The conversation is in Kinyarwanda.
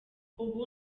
ubu